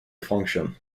function